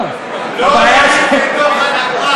לא יורים בתוך הנגמ"ש.